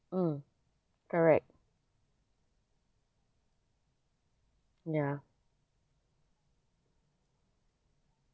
mm correct ya